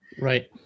Right